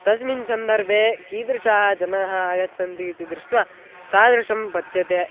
तस्मिन् सन्दर्भे कीदृशाः जनाः आगच्छन्ति इति दृष्ट्वा तादृशं पच्यते